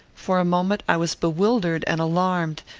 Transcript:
for a moment i was bewildered and alarmed,